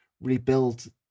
rebuild